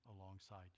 alongside